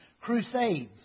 crusades